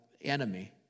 enemy